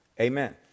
Amen